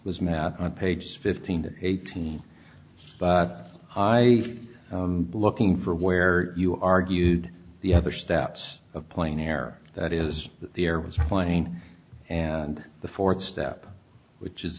was met on page fifteen eighteen but i looking for where you argued the other steps of plane air that is that there was a plane and the fourth step which is